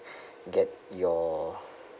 get your